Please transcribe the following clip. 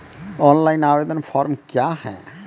Online आवेदन form क्या हैं?